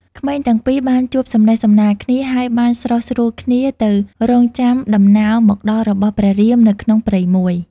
ក្មេងទាំងពីរ បានជួបសំណេះសំណាលគ្នា ហើយបានស្រុះស្រួលគ្នាទៅរង់ចាំដំណើរមកដល់របស់ព្រះរាមនៅក្នុងព្រៃមួយ។